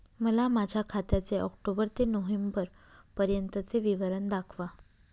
मला माझ्या खात्याचे ऑक्टोबर ते नोव्हेंबर पर्यंतचे विवरण दाखवा